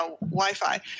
Wi-Fi